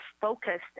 focused